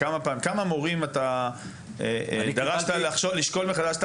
כמה מורים אתה דרשת לשקול מחדש את